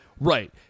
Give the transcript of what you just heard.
Right